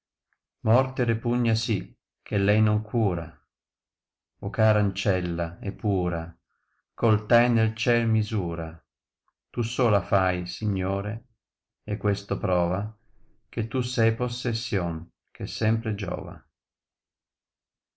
morte repugna sì che lei noo cura o eara ancella e pura colt hai nel ciel misura tu sola fai signore e questo prora che tu sei possession che sempre giova